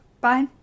Bye